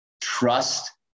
trust